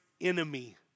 enemy